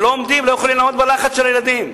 ולא יכולים לעמוד בלחץ של הילדים.